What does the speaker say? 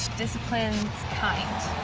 disciplined, kind.